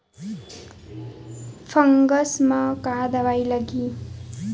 Fungus म का दवाई लगी?